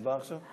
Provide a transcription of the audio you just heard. הצבעה עכשיו?